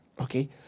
okay